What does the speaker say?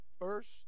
first